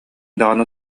даҕаны